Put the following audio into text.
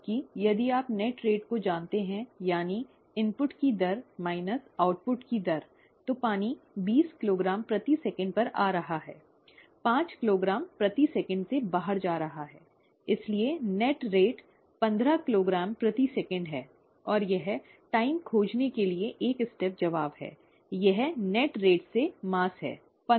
जबकि यदि आप असल दर को जानते हैं यानी इनपुट की दर माइनस आउटपुट की दर तो पानी बीस किलोग्राम प्रति सेकंड पर आ रहा है पांच किलोग्राम प्रति सेकंड से बाहर जा रहा है इसलिए असल दर पंद्रह किलोग्राम प्रति सेकंड है और यह टाइम खोजने के लिए एक स्टेप जवाब है यह असल दर से द्रव्यमान है